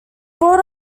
brought